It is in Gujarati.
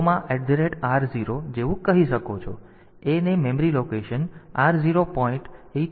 તેથી A ને મેમરી લોકેશન r 0